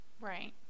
Right